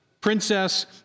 princess